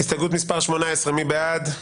הסתייגות מס' 47. מי בעד?